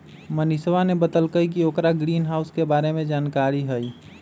मनीषवा ने बतल कई कि ओकरा ग्रीनहाउस के बारे में जानकारी हई